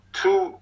two